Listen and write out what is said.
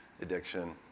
addiction